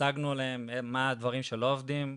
הצגנו להם מה הדברים שלא עובדים,